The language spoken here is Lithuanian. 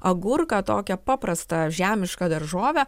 agurką tokią paprastą žemišką daržovę